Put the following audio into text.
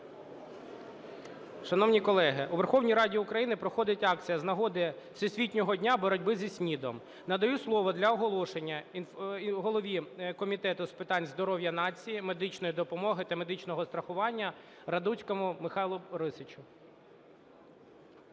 Шановні колеги, у Верховній Раді України проходить акція з нагоди Всесвітнього дня боротьби зі СНІДом. Надаю слово для оголошення голові Комітету з питань здоров'я нації, медичної допомоги та медичного страхування Радуцькому Михайлу Борисовичу.